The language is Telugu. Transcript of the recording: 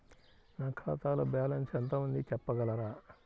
నా ఖాతాలో బ్యాలన్స్ ఎంత ఉంది చెప్పగలరా?